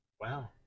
Wow